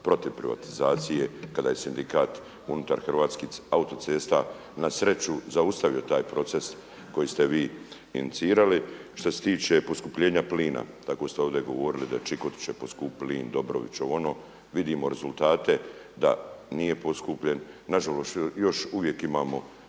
protiv privatizacije kada je sindikat unutar Hrvatskih autocesta na sreću zaustavio taj proces koji ste vi inicirali. Što se tiče poskupljenja plina, tako ste ovdje govorili da će Čikotić poskupit plin, Dobrović, ovo, ono. Vidimo rezultate da nije poskupljen. Na žalost još uvijek imamo